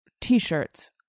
t-shirts